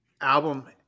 album